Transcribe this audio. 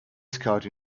scout